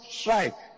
strike